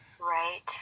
Right